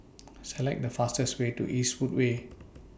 Select The fastest Way to Eastwood Way